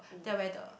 then I wear the